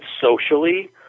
socially